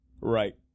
Right